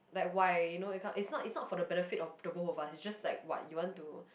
like why you know it's not it's not for the benefit for both of us just like what you want to